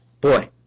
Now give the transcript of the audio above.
Boy